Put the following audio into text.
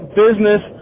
business